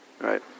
right